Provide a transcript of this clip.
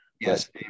Yes